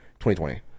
2020